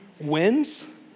wins